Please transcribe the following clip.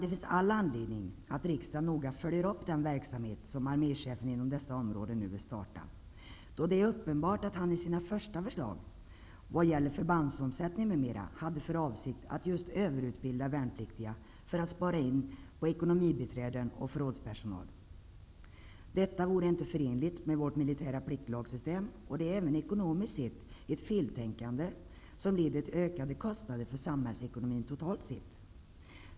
Det finns all anledning att riksdagen noga följer upp den verksamhet som arme chefen inom dessa områden nu vill starta då det är uppenbart att han i sina första förslag när det gäller förbandsomsättning m.m. hade för avsikt att just överutbilda värnpliktiga för att spara in på ekonomibiträden och förrådspersonal. Detta vore inte förenligt med vårt militära pliktlagsystem. Det är även ekonomiskt sett ett feltänkande som leder till ökade kostnader för samhällsekonomin totalt sett.